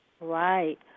Right